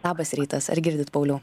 labas rytas ar girdit pauliau